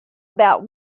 about